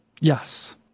Yes